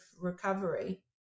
recovery